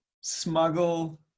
smuggle